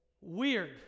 Weird